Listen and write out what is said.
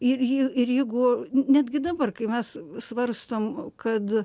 ir ji ir jeigu netgi dabar kai mes svarstom kad